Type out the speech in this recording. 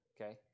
Okay